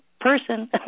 person